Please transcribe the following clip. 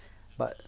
but